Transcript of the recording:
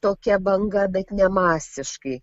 tokia banga bet ne masiškai